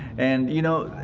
and you know,